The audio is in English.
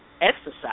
exercise